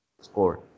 score